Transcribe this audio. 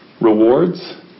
Rewards